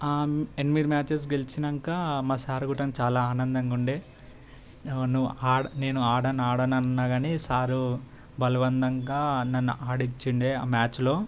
ఎనిమిది మ్యాచెస్ గెలిచినంకా మా సార్ గుట్టంగ చాలా ఆనందంగా ఉండే ను నేను ఆడను ఆడను అన్నగాని సారు బలవంతంగా నన్ను ఆడిచ్చిండే ఆ మ్యాచ్లో